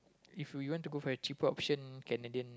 if we want to go for a cheaper option Canadian